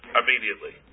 immediately